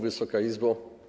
Wysoka Izbo!